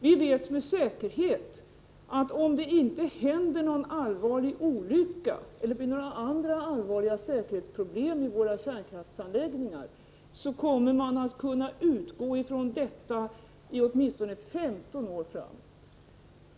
Vi vet med säkerhet att om det inte händer någon allvarlig olycka eller blir några andra allvarliga säkerhetsproblem vid våra kärnkraftsanläggningar, så kommer man att kunna utgå från detta i åtminstone 15 år framåt.